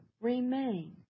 remain